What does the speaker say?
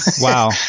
Wow